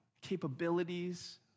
capabilities